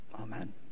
Amen